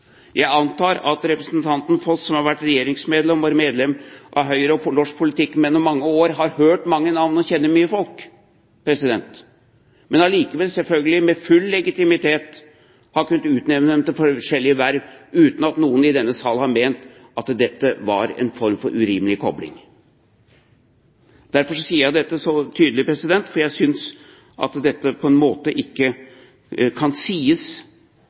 Jeg antar at representanten Foss, som har vært regjeringsmedlem og medlem av Høyre og norsk politikk gjennom mange år, har hørt mange navn og kjenner mange folk, men likevel, selvfølgelig, med full legitimitet har kunnet utnevne folk til forskjellige verv uten at noen i denne sal har ment at dette var en form for urimelig kobling. Jeg sier dette så tydelig, for jeg synes ikke dette kan sies